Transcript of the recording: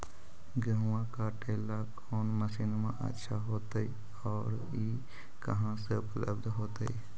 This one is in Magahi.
गेहुआ काटेला कौन मशीनमा अच्छा होतई और ई कहा से उपल्ब्ध होतई?